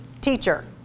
teacher